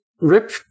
rip